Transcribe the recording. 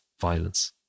violence